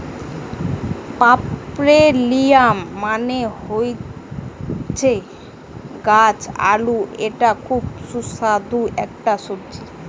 পার্পেলিয়াম মানে হচ্ছে গাছ আলু এটা খুব সুস্বাদু একটা সবজি